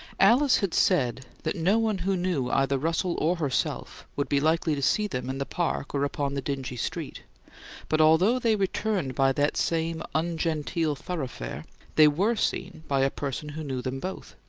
alice had said that no one who knew either russell or herself would be likely to see them in the park or upon the dingy street but although they returned by that same ungenteel thoroughfare they were seen by a person who knew them both.